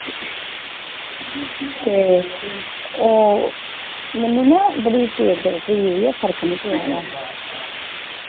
ओह् मैनूं ना बड़ी पेट दरद ही ते मैनूं ना फर्क निं पवा दा हा